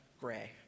gray